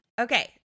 Okay